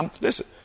Listen